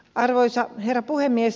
arvoisa herra puhemies